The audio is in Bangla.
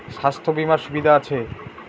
স্বাস্থ্য বিমার সুবিধা আছে?